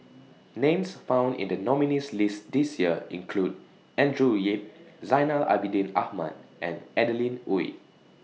Names found in The nominees' list This Year include Andrew Yip Zainal Abidin Ahmad and Adeline Ooi